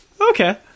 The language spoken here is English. Okay